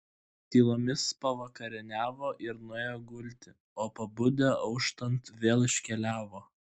tylomis pavakarieniavo ir nuėjo gulti o pabudę auštant vėl iškeliavo